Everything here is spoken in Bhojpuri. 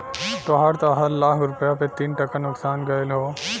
तोहार त हर लाख रुपया पे तीन टका नुकसान गयल हौ